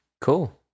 Cool